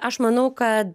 aš manau kad